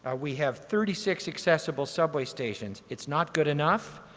ah we have thirty six accessible subway stations. it's not good enough,